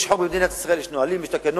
יש חוק במדינת ישראל, יש נהלים, יש תקנות,